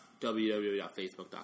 www.facebook.com